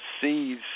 sees